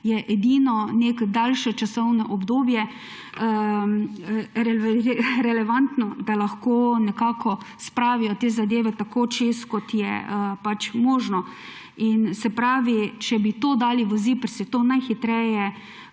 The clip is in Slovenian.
je edino neko daljše časovno obdobje relevantno, da lahko nekako spravijo te zadeve čez, kot je pač možno. Se pravi, če bi to dali v ZIPRS, je to najhitreje